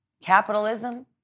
capitalism